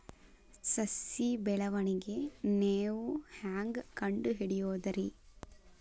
ಸಸಿ ಬೆಳವಣಿಗೆ ನೇವು ಹ್ಯಾಂಗ ಕಂಡುಹಿಡಿಯೋದರಿ?